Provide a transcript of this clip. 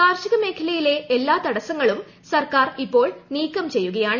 കാർഷിക മേഖലയിലെ എല്ലാ തടസ്സങ്ങളും സർക്കാർ ഇപ്പോൾ നീക്കം ചെയ്യുകയാണ്